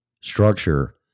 structure